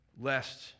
lest